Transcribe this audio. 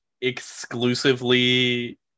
exclusively